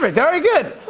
but very good.